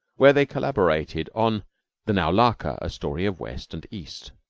where they collaborated on the naulahka a story of west and east,